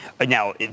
Now